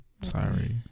sorry